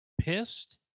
pissed